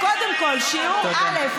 מדינה יהודית לא תהיה יהודית,